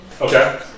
Okay